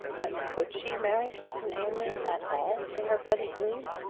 but could she marry captain aylmer at all in her present mood?